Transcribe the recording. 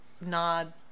nod